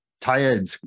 tired